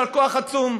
יישר כוח עצום,